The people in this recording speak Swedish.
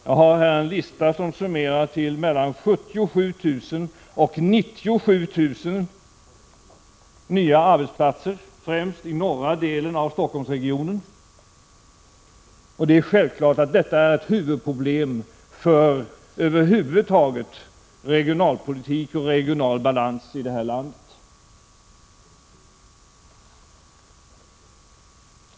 Jag har här en lista som summerar ihop mellan 77 000 och 97 000 nya arbetsplatser — främst i norra delen av Stockholmsregionen. Det är självklart att detta är ett huvudproblem för regionalpolitiken och den regionala balansen i detta land.